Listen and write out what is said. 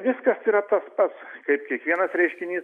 viskas yra tas pats kaip kiekvienas reiškinys